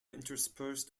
interspersed